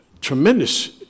tremendous